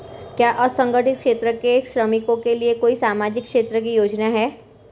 क्या असंगठित क्षेत्र के श्रमिकों के लिए कोई सामाजिक क्षेत्र की योजना है?